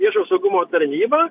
viešo saugumo tarnybą